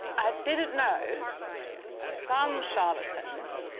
i didn't know some charlatans